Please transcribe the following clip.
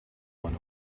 one